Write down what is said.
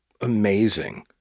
amazing